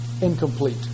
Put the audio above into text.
incomplete